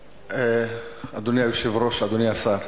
אדוני היושב-ראש, אדוני השר,